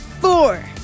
four